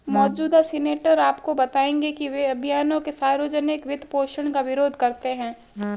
मौजूदा सीनेटर आपको बताएंगे कि वे अभियानों के सार्वजनिक वित्तपोषण का विरोध करते हैं